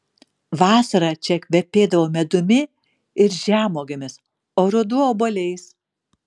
vasara čia kvepėdavo medumi ir žemuogėmis o ruduo obuoliais